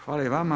Hvala i vama.